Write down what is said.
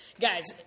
guys